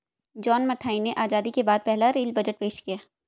John Mathai ने आजादी के बाद पहला रेल बजट पेश किया